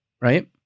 right